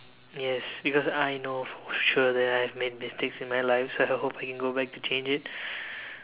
yes because I know for sure that I've made mistakes in my life so I hope I can go back to change it